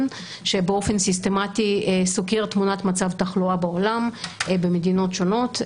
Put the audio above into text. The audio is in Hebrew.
שבאופן סיסטמתי סוקר תמונת מצב תחלואה בעולם במדינות שונות,